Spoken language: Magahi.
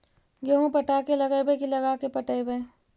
गेहूं पटा के लगइबै की लगा के पटइबै?